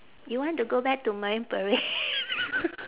you want to go back to marine para~